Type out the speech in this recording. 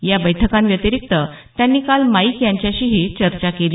या बैठकांव्यतिरिक्त त्यांनी काल माईक यांच्याशीही चर्चा केली